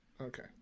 Okay